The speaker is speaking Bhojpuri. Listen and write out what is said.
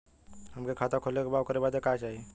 हमके खाता खोले के बा ओकरे बादे का चाही?